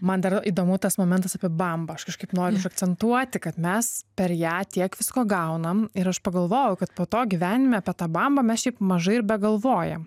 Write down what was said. man dar įdomu tas momentas apie bambą aš kažkaip noriu akcentuoti kad mes per ją tiek visko gaunam ir aš pagalvojau kad po to gyvenime apie tą bambą mes šiaip mažai ir begalvojam